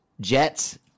Jets